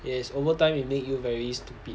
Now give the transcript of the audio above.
yes overtime it make you very stupid